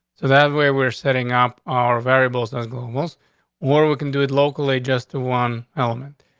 so that way we're setting up our variables as global's where we can do it locally, just one element.